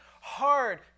hard